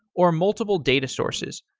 or multiple data sources.